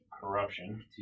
corruption